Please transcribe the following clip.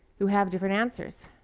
who have different answers,